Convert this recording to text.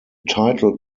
title